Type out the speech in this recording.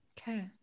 Okay